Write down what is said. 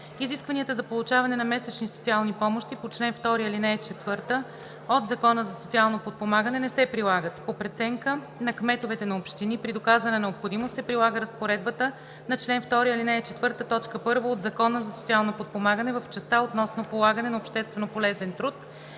Изискванията за получаване на месечни социални помощи по чл. 2, ал. 4 от Закона за социално подпомагане не се прилагат. По преценка на кметовете на общини, при доказана необходимост, се прилага разпоредбата на чл. 2, ал. 4, т. 1 от Закона за социално подпомагане в частта относно полагане на общественополезен труд,